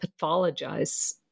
pathologize